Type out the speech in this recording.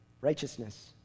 Righteousness